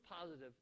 positive